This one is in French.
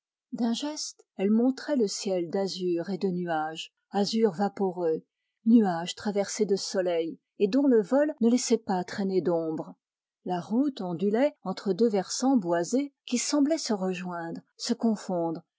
d'un geste elle montrait le ciel d'azur et de nuages azur vaporeux nuages traversés de soleil et dont le vol ne laissait pas traîner d'ombres la route ondulait entre deux versants boisés qui semblaient se rejoindre se confondre